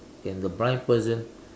can the blind person